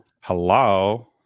hello